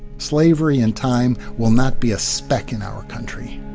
slavery in time will not be a speck in our country.